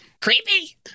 Creepy